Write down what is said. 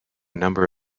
number